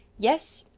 yes,